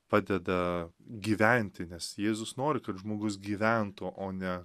padeda gyventi nes jėzus nori kad žmogus gyventų o ne